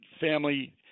family